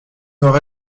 nord